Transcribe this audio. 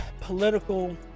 political